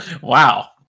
Wow